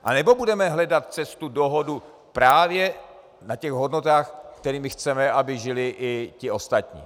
Anebo budeme hledat cestu, dohodu, právě na těch hodnotách, kterými chceme, aby žili i ti ostatní?